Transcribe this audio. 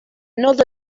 not